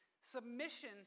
Submission